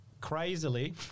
Crazily